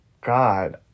God